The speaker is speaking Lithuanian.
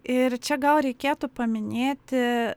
ir čia gal reikėtų paminėti